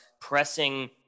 pressing